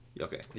Okay